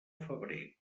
febrer